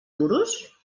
duros